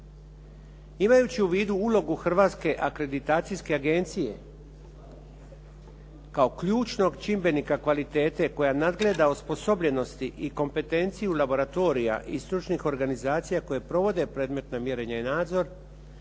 Imajući u vidu ulogu Hrvatske akreditacijske agencije kao ključnog čimbenika kvalitete koja nadgleda osposobljenosti i kompetenciju laboratorija i stručnih organizacija koje provode predmetna mjerenja i nadzor